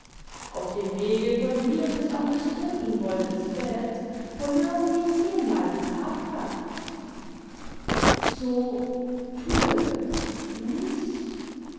auf dem wege von hier bis an des trunkenboldes bett verlören sie zehnmal die thatkraft so thue du's